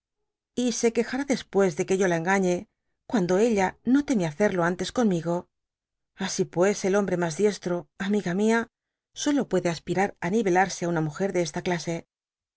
y se quejará después de que yo la engañe cuando ella no teme hacerlo antes conmigo asi pues el hombre roas diestro amiga mia solo puede aspirar á nivelarse á una múger de esta clase